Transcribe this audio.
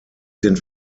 sind